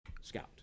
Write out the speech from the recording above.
scout